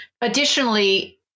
additionally